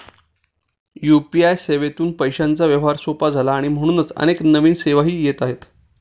UPI सेवेतून पैशांचा व्यवहार सोपा झाला आणि म्हणूनच अनेक नवीन सेवाही येत आहेत